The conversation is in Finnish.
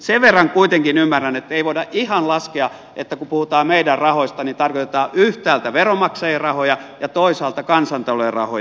sen verran kuitenkin ymmärrän että ei voida ihan laskea että kun puhutaan meidän rahoista niin tarkoitetaan yhtäältä veronmaksajien rahoja ja toisaalta kansantalouden rahoja